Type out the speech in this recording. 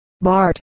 Bart